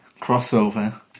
crossover